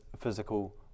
physical